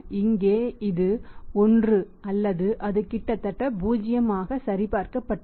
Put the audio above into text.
இங்கே இது 1 அல்லது அது கிட்டத்தட்ட 0 ஆக சரிபார்க்கப்பட்டது